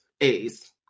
A's